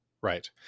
Right